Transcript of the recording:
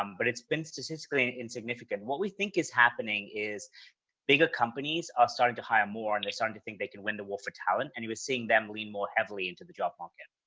um but it's been statistically insignificant. what we think is happening is bigger companies are starting to hire more, and they're starting to think they can win the war for talent. and you are seeing them lean more heavily into the job market.